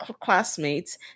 classmates